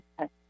okay